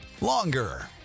longer